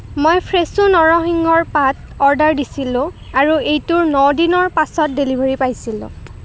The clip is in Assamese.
মই ফ্ৰেছো নৰসিংহৰ পাত অৰ্ডাৰ দিছিলোঁ আৰু এইটোৰ ন দিনৰ পাছত ডেলিভাৰী পাইছিলোঁ